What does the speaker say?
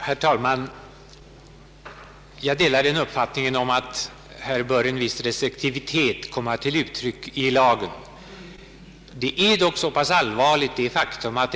Herr talman! Jag delar uppfattningen att en viss restriktivitet bör komma till uttryck i lagen.